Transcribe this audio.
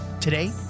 Today